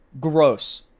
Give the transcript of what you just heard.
Gross